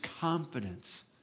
confidence